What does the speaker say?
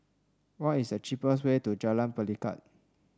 what is the cheapest way to Jalan Pelikat